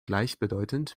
gleichbedeutend